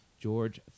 George